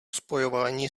spojování